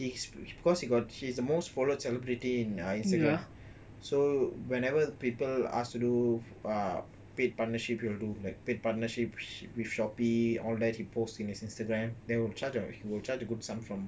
is because he is the most followed celebrity in ah instagram so whenever people ask do ah paid partnership he will do like paid partnership with shopee all that he post in his instagram then will charge ah he will charge a good sum from